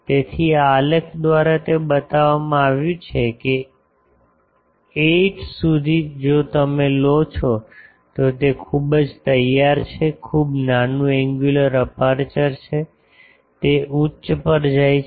તેથી આ આલેખ દ્વારા તે બતાવવામાં આવ્યું છે કે 8 સુધી જો તમે લો છો તો તે ખૂબ જ તૈયાર છે ખૂબ નાનું એન્ગ્યુલર અપેર્ચર તે ઉચ્ચ પર જાય છે